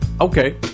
Okay